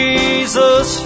Jesus